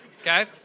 okay